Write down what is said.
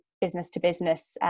business-to-business